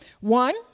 One